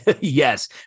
Yes